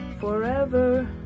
forever